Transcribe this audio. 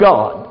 God